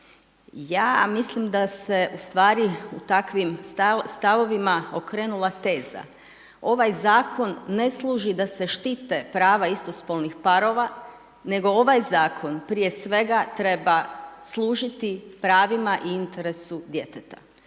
Ja mislim da se ustvari u takvim stavovima okrenula teza. Ovaj Zakon ne služi da se ne štite prava istospolnih parova, nego ovaj Zakon prije svega treba služiti pravima i interesu djeteta.